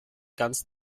ganz